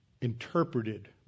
interpreted